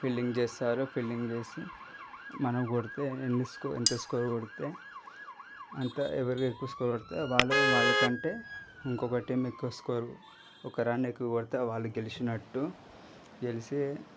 fielding చేస్తారు fielding చేసి మనం కొడితే ఎన్ని స్కోర్ ఎంత స్కోర్ కొడితే అంత ఎవరు ఎక్కువ స్కోర్ కొడితే వాళ్ళు వాళ్ళ కంటే ఇంకోక టీం ఎక్కువ స్కోర్ ఒక రన్ ఎక్కువ కొడితే వాళ్ళు గెలిచినట్టు గెలిచి